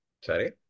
Sorry